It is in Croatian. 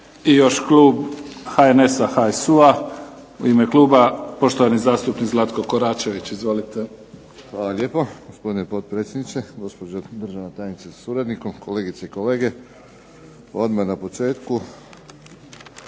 I još klub HNS-HSU-a, u ime kluba poštovani zastupnik Zlatko Koračević. Izvolite. **Koračević, Zlatko (HNS)** Hvala lijepo, gospodine potpredsjedniče. Gospođo državna tajnice sa suradnikom. Kolegice i kolege. Odmah na početku,